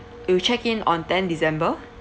you check in on tenth december